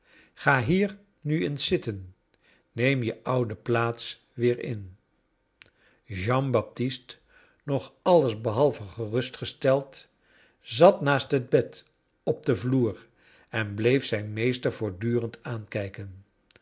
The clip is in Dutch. gra hier nu eens zitten neem je oude plaats weer in jean baptist nog alles behalve gerustgesteld zat naast het bed op den vloer en bleef zijn meester voortdurend aankij